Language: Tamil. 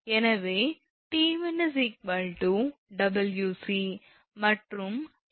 எனவே 𝑇𝑚𝑖𝑛 𝑊𝑐 மற்றும் 𝑐 𝑠2 − 𝑑22𝑑